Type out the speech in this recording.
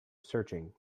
searching